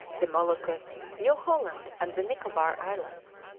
the moluccas, new holland, and the nicobar islands,